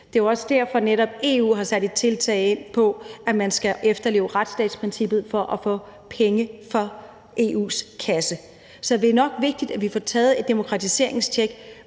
Det er jo også derfor, at netop EU har sat et tiltag ind på, at man skal efterleve retsstatsprincippet for at få penge fra EU’s kasse. Så det er nok vigtigt, at vi får taget et demokratiseringstjek